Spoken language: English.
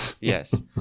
Yes